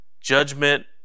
Judgment